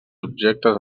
objectes